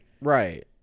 Right